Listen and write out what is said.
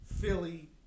Philly